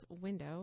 window